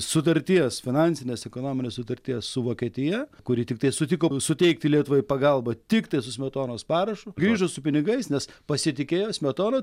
sutarties finansinės ekonominės sutarties su vokietija kuri tiktai sutiko suteikti lietuvai pagalbą tiktai su smetonos parašu grįžus su pinigais nes pasitikėjo smetona